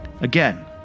Again